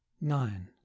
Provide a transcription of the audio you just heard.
Nine